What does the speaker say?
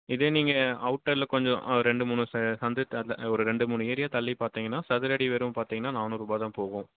இதே நீங்கள் அவுட்டரில் கொஞ்சம் ரெண்டு மூணு ச சந்து ஒரு ரெண்டு மூணு ஏரியா தள்ளிப் பார்த்தீங்கன்னா சதுரடி வெறும் பார்த்தீங்கன்னா நானூறுரூபா தான் போகும்